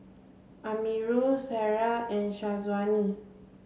Amirul Sarah and Syazwani